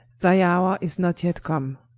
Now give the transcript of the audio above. thy houre is not yet come,